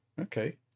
Okay